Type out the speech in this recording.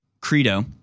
credo